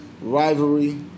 rivalry